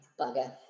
bugger